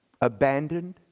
abandoned